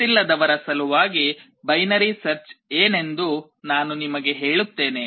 ಗೊತ್ತಿಲ್ಲದವರ ಸಲುವಾಗಿ binary search ಏನೆಂದು ನಾನು ನಿಮಗೆ ಹೇಳುತ್ತೇನೆ